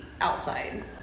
outside